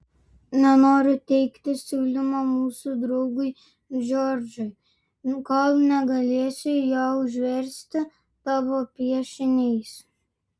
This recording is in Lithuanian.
nenoriu teikti siūlymo mūsų draugui džordžui kol negalėsiu jo užversti tavo piešiniais